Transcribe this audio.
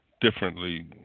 differently